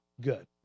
Good